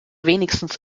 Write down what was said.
wenigstens